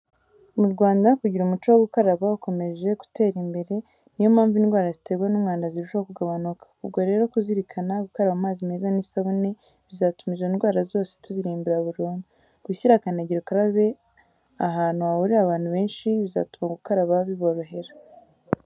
Mu Rwanda kugira umuco wo gukaraba ukomeje gutera imbere. Ni yo mpamvu indwara ziterwa n'umwanda zirushaho kugabanuka. Ubwo rero kuzirikana gukaraba amazi meza n'isabune bizatuma izo ndwara zose tuzirimbura burundu. Gushyira kandagira ukarabe ahantu hahurira abantu benshi bizatuma gukaraba biborohera.